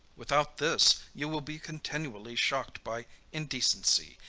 without this, you will be continually shocked by indecency,